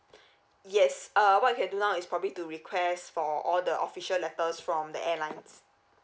yes uh what you can do now is probably to request for all the official letters from the airlines